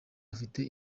afite